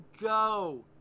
go